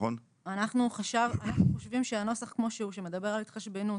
אנחנו חושבים שהנוסח כמו שהוא, שמדבר על התחשבנות,